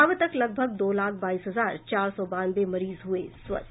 अब तक लगभग दो लाख बाईस हजार चार सौ बानवे मरीज हुए स्वस्थ